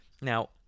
Now